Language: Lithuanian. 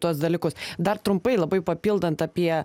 tuos dalykus dar trumpai labai papildant apie